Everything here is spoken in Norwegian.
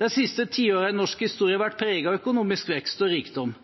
De siste tiårene i norsk historie har vært preget av økonomisk vekst og rikdom.